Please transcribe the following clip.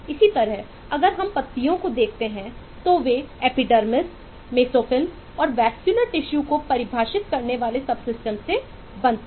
इसी तरह अगर हम पत्तियों को देखते हैं तो वे एपिडर्मिस को परिभाषित करने वाले सबसिस्टम से बनते हैं